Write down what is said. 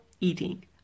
eating